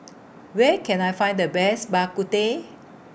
Where Can I Find The Best Bak Kut Teh